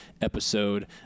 episode